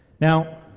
Now